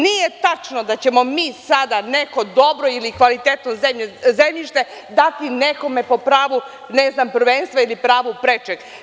Nije tačno da ćemo mi sada, neko dobro ili kvalitetno zemljište, dati nekome po pravu prvenstva ili pravu prečeg.